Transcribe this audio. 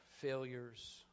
failures